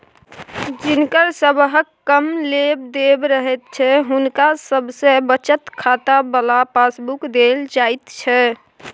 जिनकर सबहक कम लेब देब रहैत छै हुनका सबके बचत खाता बला पासबुक देल जाइत छै